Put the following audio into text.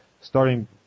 starting